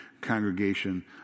congregation